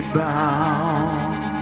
bound